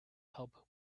help